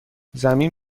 زمین